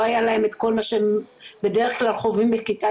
לא היה להם את כל מה שהם בדרך כלל חווים בכיתה